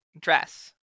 dress